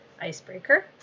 icebreaker